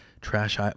trash